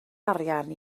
arian